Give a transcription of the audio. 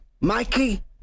Mikey